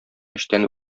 эчтән